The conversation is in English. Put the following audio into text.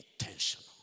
intentional